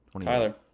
Tyler